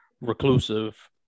reclusive